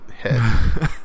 head